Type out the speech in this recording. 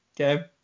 Okay